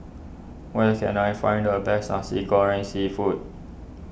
where can I find the best Nasi Goreng Seafood